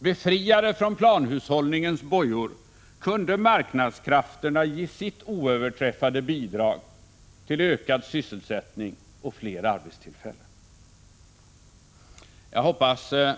Befriade från planhushållningens bojor kunde marknadskrafterna ge sitt oöverträffade bidrag till ökad sysselsättning och fler arbetstillfällen.